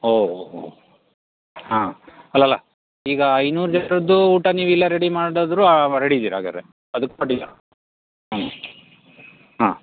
ಓಹೋ ಹಾಂ ಅಲ್ಲಲ್ಲ ಈಗ ಐನೂರು ಜನ್ರದ್ದು ಊಟ ನೀವು ಇಲ್ಲೆ ರೆಡಿ ಮಾಡಿದ್ರು ರೆಡಿ ಇದ್ದೀರಾ ಹಾಗಾದ್ರೆ ಅದಕ್ಕೆ ಅಡ್ಡಿಲ್ಲ ಹ್ಞೂ ಹಾಂ